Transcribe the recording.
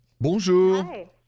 Bonjour